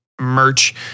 merch